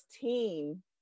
team